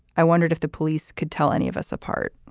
i wondered if the police could tell any of us apart